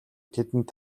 тэдэнд